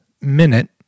minute